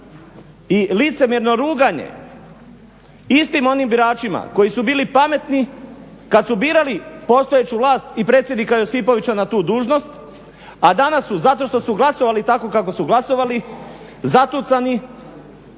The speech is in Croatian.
i licemjerno ruganje istim onim biračima koji su bili pametni kad su birali postojeću vlast i predsjednika Josipovića na tu dužnost, a danas su zato što su glasovali tako kako su glasovali zatucani,